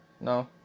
No